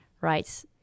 right